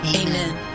Amen